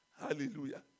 Hallelujah